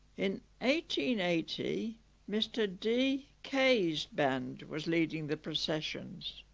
and eighty and eighty mr d kay's band was leading the processions